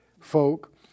folk